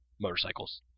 motorcycles